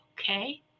okay